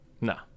no